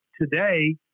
today